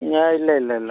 ഞാൻ ഇല്ല ഇല്ല ഇല്ല